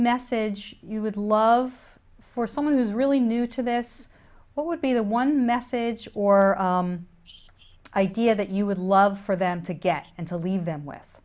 message you would love for someone who is really new to this what would be the one message or idea that you would love for them to get and to leave them with